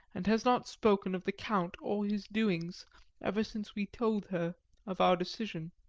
and has not spoken of the count or his doings ever since we told her of our decision.